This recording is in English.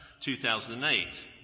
2008